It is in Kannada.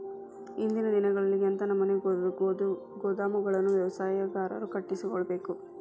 ಇಂದಿನ ದಿನಗಳಲ್ಲಿ ಎಂಥ ನಮೂನೆ ಗೋದಾಮುಗಳನ್ನು ವ್ಯವಸಾಯಗಾರರು ಕಟ್ಟಿಸಿಕೊಳ್ಳಬೇಕು?